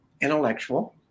intellectual